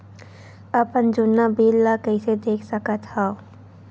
अपन जुन्ना बिल ला कइसे देख सकत हाव?